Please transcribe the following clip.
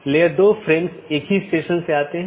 तो यह पूरी तरह से मेष कनेक्शन है